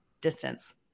distance